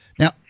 Now